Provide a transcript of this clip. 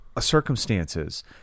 circumstances